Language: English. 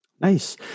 Nice